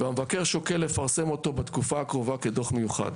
המבקר שוקל לפרסם אותו בתקופה הקרובה כדוח מיוחד.